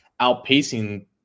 outpacing